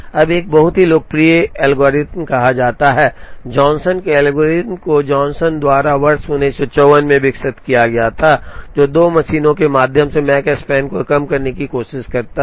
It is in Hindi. अब एक बहुत लोकप्रिय एल्गोरिथ्म कहा जाता है जॉनसन के एल्गोरिथ्म को जॉनसन द्वारा वर्ष 1954 में विकसित किया गया था जो 2 मशीनों के माध्यम से मकस्पान को कम करने की कोशिश करता है